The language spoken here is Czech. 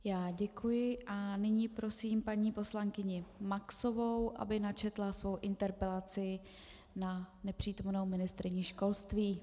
Já děkuji a nyní prosím paní poslankyni Maxovou, aby načetla svou interpelaci na nepřítomnou ministryni školství.